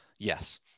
Yes